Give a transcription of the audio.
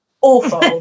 awful